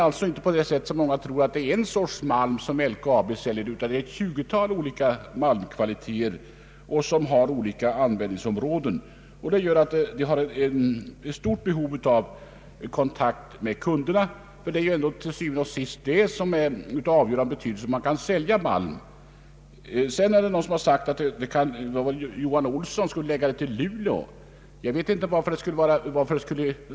Det är inte som många tror, endast en sorts malm som LKAB säljer, utan det rör sig om ett 20-tal olika malmkvaliteter med olika användningsområden. LKAB har därför ett stort behov av kontakt med kunderna. Det är til syvende og sidst det som är av avgörande betydelse för att kunna sälja malmen. Jag tror det var herr Johan Olsson som sade att LKAB:s huvudkontor borde förläggas till Luleå.